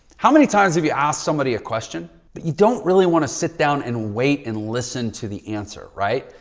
how many times have you asked somebody a question but you don't really want to sit down and wait and listen to the answer, right,